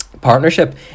partnership